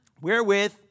Wherewith